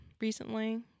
recently